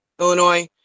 Illinois